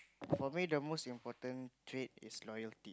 for me the most important thread is loyalty